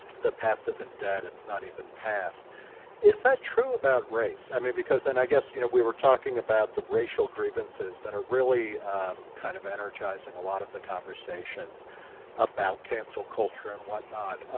the past isn't dead. it's not even past is that true about race? i mean because and i guess you know we were talking about the racial grievances that are really um kind of energizing a lot of the conversations about cancer culture and whatnot.